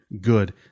good